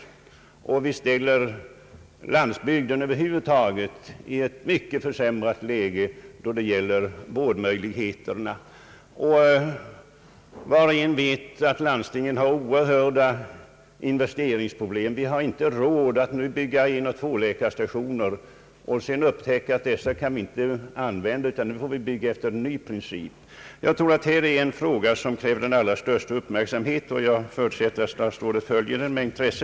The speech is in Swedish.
Därigenom skulle vi också ställa landsbygden över huvud taget i ett mycket försämrat läge då det gäller vårdmöjligheterna. Var och en vet ju att landstingen har oerhörda investeringsproblem. Vi har inte råd att nu bygga enoch tvåläkarstationer och sedan upptäcka att vi inte kan använda dem utan får bygga efter en ny princip. Jag tror att detta är en fråga som kräver den allra största uppmärksamhet, och jag förutsätter att statsrådet följer den med intresse.